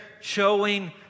showing